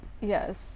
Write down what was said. yes